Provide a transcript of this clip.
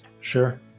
Sure